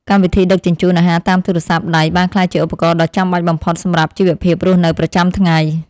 កម្មវិធីដឹកជញ្ជូនអាហារតាមទូរស័ព្ទដៃបានក្លាយជាឧបករណ៍ដ៏ចាំបាច់បំផុតសម្រាប់ជីវភាពរស់នៅប្រចាំថ្ងៃ។